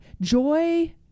joy